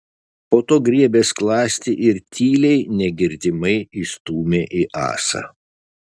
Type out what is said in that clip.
po to griebė skląstį ir tyliai negirdimai įstūmė į ąsą